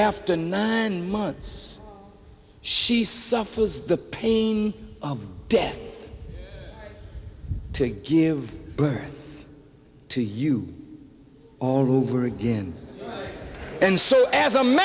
after months she suffers the pain of death to give birth to you all over again and so as a man